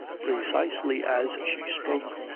precisely as she spoke,